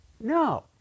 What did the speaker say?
No